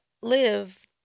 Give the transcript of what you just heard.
live